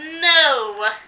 No